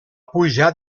pujar